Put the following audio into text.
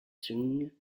sung